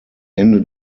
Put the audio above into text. ende